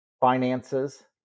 finances